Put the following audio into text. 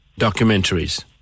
documentaries